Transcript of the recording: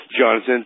Jonathan